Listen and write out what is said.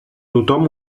tothom